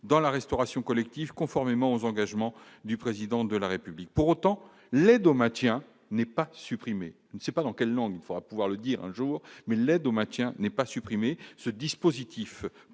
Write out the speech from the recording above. dans la restauration collective, conformément aux engagements du président de la République pour autant l'aide au maintien n'est pas supprimée, on ne sait pas dans quelle langue va pouvoir le dire un jour, mais l'aide au maintien n'est pas supprimer ce dispositif